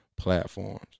Platforms